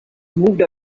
moved